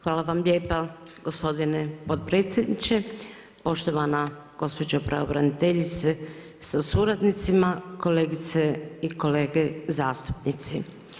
Hvala vam lijepa gospodine potpredsjedniče, poštovana gospođo pravobraniteljice sa suradnicima, kolegice i kolege zastupnici.